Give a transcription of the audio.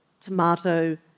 tomato